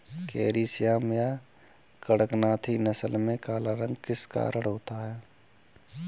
Carry Shyama या कड़कनाथी नस्ल में काला रंग किस कारण होता है?